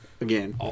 again